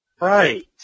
Right